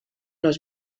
los